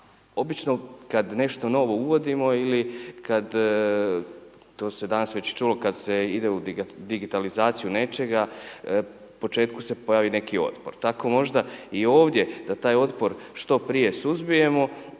obično kad nešto novo uvodimo ili kad to se danas već čulo, kad se ide u digitalizaciju nečega, u početku se pojavi neki otpor. Tako možda i ovdje da taj otpor što prije suzbijemo,